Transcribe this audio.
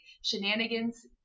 shenanigans